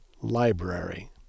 Library